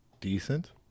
decent